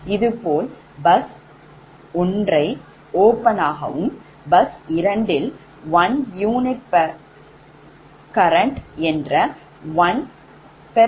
இது போல் bus 1 open ஆகவும் bus இரண்டில் 1 unit current என்ற 1 p